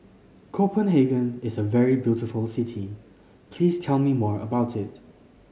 Copenhagen is a very beautiful city please tell me more about it